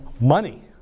money